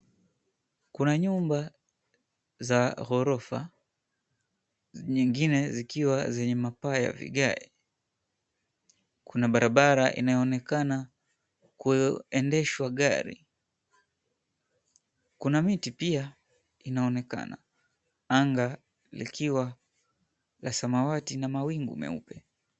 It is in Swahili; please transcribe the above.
Kuna nyumba za ghorofa, nyingine zikiwa zenye mapaa za vigae. Kuna barabara inayoonekana kuendeshwa gari. Kuna miti pia inaonekana. Anga likiwa la samawati na mawingu meupe.